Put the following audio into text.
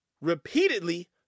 repeatedly